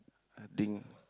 gym